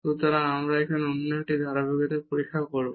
সুতরাং আমরা এখন অন্যটির ধারাবাহিকতা পরীক্ষা করব